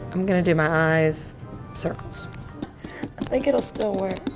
i'm gonna do my eyes circles. i think it'll still work.